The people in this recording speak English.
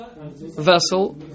vessel